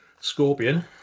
Scorpion